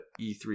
e3